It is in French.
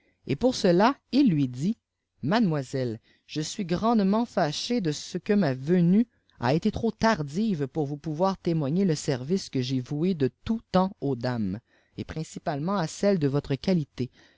et pour cela il lui dit mademoiselle je suis grandement fâché de ce e ma venue a été trop tardive pous vous pouvoir témoigner le service que j'ai voué de tojut temps aux dames et principalement à celles de votre qualité